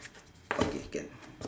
okay can